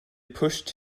pushed